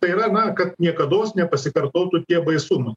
tai yra na kad niekados nepasikartotų tie baisumai